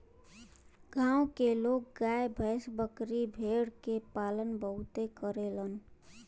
गांव के लोग गाय भैस, बकरी भेड़ के पालन बहुते करलन